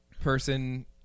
person